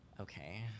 okay